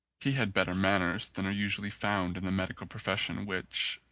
he had better manners than are usually found in the medical profession which,